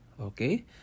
okay